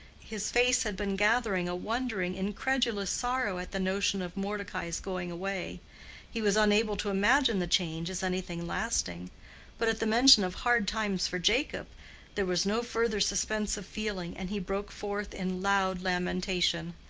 his face had been gathering a wondering incredulous sorrow at the notion of mordecai's going away he was unable to imagine the change as anything lasting but at the mention of hard times for jacob there was no further suspense of feeling, and he broke forth in loud lamentation.